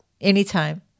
anytime